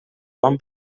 bon